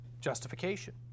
justification